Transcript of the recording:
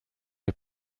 les